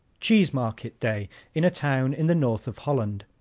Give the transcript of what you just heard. cheese market day in a town in the north of holland.